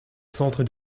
centre